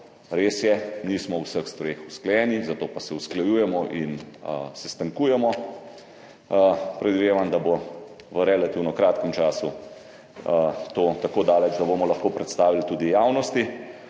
Res je, nismo v vseh stvareh usklajeni, zato pa se usklajujemo in sestankujemo. Predvidevam, da bo v relativno kratkem času to tako daleč, da bomo lahko predstavili tudi javnosti.